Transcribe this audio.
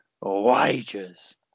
wages